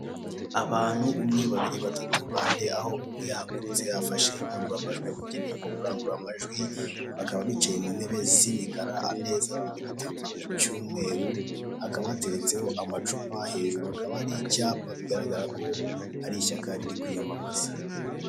Abantu, umwe, babiri, batatu, bane, aho umwe yahagurutse afashe indangururamajwi yabugenewe mu kurangurura amajwi, bakaba bicaye mu ntebe z'imikara, ameza arambuyeho igitambaro cy'umweru, hakaba hateretseho amacupa, hejuru hakaba hari icyapa, bigaragara ko ari ishyaka riri kwiyamamaza.